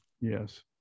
yes